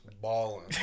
Balling